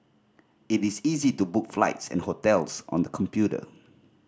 it is easy to book flights and hotels on the computer